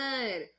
good